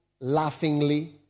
laughingly